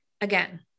Again